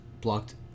blocked